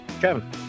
Kevin